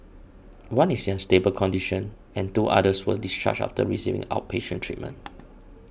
one is in a stable condition and two others were discharged after receiving outpatient treatment